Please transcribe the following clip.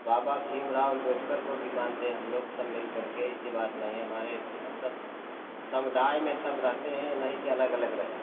बाबा भीमराव अंबेडकर को भी मानते हैं हम लोग सब मिलकर के ऐसी बात नहीं हमारे समुदाय में सब रहते हैं ये नहीं के अलग अलग रहे